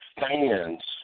fans